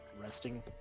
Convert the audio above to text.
resting